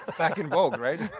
back in bold, right?